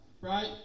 Right